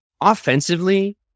offensively